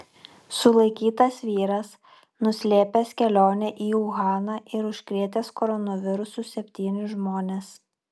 sulaikytas vyras nuslėpęs kelionę į uhaną ir užkrėtęs koronavirusu septynis žmones